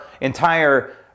entire